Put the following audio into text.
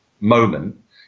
moment